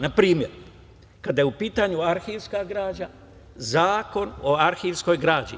Na primer, kada je u pitanju arhivska građa, Zakon o arhivskoj građi.